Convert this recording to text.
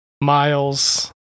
Miles